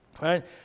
right